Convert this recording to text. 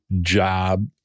job